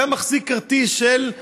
אדם מחזיק כרטיס של נכה,